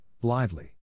blithely